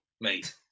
mate